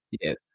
yes